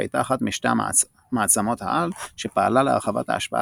שהייתה אחת משתי מעצמות העל שפעלה להרחבת ההשפעה